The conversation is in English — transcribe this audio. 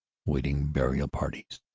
vaiting burial parties.